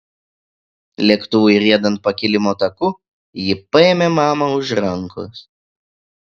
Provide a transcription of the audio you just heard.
lėktuvui riedant pakilimo taku ji paėmė mamą už rankos